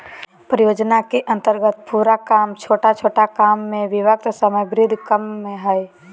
परियोजना के अन्तर्गत पूरा काम छोटा छोटा काम में विभक्त समयबद्ध क्रम में हइ